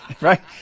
Right